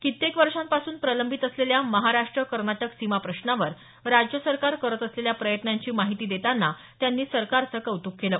कित्येक वर्षांपासून प्रलंबित असलेल्या महाराष्ट्र कर्नाटक सीमा प्रश्नावर राज्य सरकार करत असलेल्या प्रयत्नांची माहिती देताना त्यांनी सरकारचं कौतुक केलं